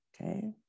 Okay